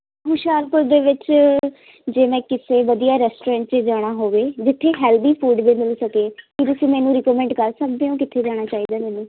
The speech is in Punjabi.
ਹੁਸ਼ਿਆਰਪੁਰ ਦੇ ਵਿੱਚ ਜੇ ਮੈਂ ਕਿਸੇ ਵਧੀਆ ਰੈਸਟੋਰੈਂਟ 'ਚ ਜਾਣਾ ਹੋਵੇ ਜਿੱਥੇ ਹੈਲਦੀ ਫੂਡ ਵੀ ਮਿਲ ਸਕੇ ਕੀ ਤੁਸੀਂ ਮੈਨੂੰ ਰਿਕੋਮੈਂਡ ਕਰ ਸਕਦੇ ਹੋ ਕਿੱਥੇ ਜਾਣਾ ਚਾਹੀਦਾ ਮੈਨੂੰ